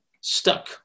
stuck